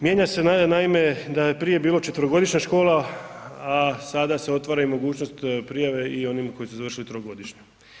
Mijenja se naime da je prije bila četverogodišnja škola, a sada se otvara mogućnost prijave i onim koji su završili trogodišnju.